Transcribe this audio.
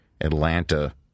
Atlanta